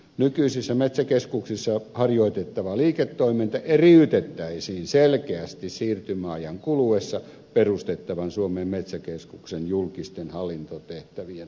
nykyisissä metsäkeskuksissa harjoitettava liiketoiminta eriytettäisiin selkeästi siirtymäajan kuluessa perustettavan suomen metsäkeskuksen julkisten hallintotehtävien hoitamisesta